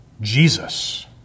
Jesus